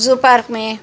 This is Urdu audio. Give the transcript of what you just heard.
زو پارک میں